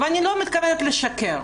ואני לא מתכוונת לשקר,